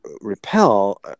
repel